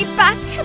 back